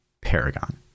paragon